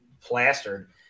plastered